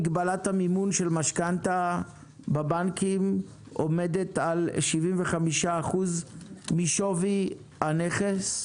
מגבלת המימון של המשכנתה בבנקים עומדת על 75% משווי הנכס.